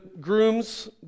groom's